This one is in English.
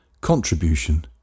contribution